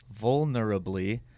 vulnerably